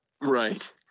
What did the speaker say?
Right